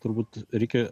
turbūt reikia